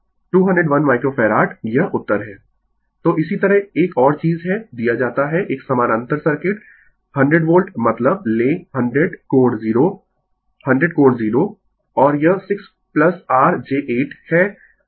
Refer Slide Time 2539 तो इसी तरह एक और चीज है दिया जाता है एक समानांतर सर्किट 100 वोल्ट मतलब लें 100 कोण 0 100 कोण 0 और यह 6 r j 8 है और यह r4 jj3 है